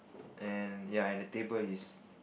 and ya and the table is